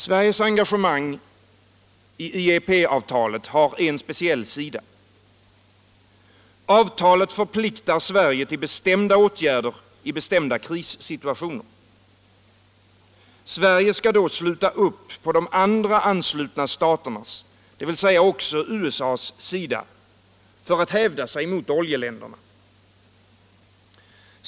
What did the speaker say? Sveriges engagemang i IEP-avtalet har en speciell sida. Avtalet förpliktar Sverige till bestämda åtgärder i bestämda krissituationer. Sverige skall då sluta upp på de andra anslutna staternas, dvs. också på USA:s, sida för att hävda sig mot oljeländerna.